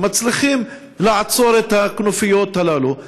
מצליחים לעצור את הכנופיות הללו.